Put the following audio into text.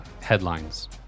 headlines